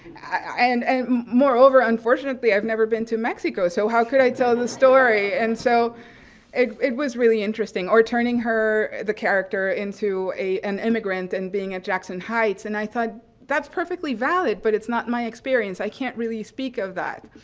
and and moreover, unfortunately, i've never been to mexico so how could i tell the story. and so it it was really interesting. or turning her the character into an immigrant and being at jackson heights. and i thought that's perfectly valid, but it's not my experience. i can't really speak of that.